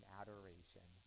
adoration